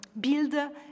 build